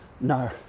no